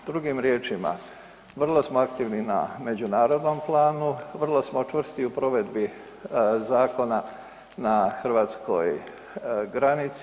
Drugim riječima, vrlo smo aktivni na međunarodnom planu, vrlo smo čvrsti u provedbi zakona na hrvatskoj granici.